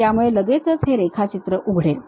त्यामुळे लगेचच हे रेखाचित्र उघडेल